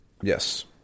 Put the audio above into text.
yes